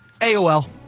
AOL